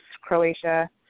Croatia